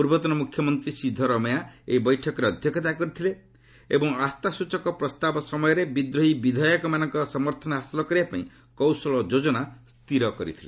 ପୂର୍ବତନ ମୁଖ୍ୟମନ୍ତ୍ରୀ ସିଦ୍ଧ ରମେୟା ଏହି ବୈଠକରେ ଅଧ୍ୟକ୍ଷତା କରିଥିଲେ ଏବଂ ଆସ୍ଥାସ୍ଟୁଚକ ପ୍ରସ୍ତାବ ସମୟରେ ବିଦ୍ରୋହୀ ବିଧାୟକମାନଙ୍କ ସମର୍ଥନ ହାସଲ କରିବା ପାଇଁ କୌଶଳ ଯୋଜନା ସ୍ଥର କରିଥିଲେ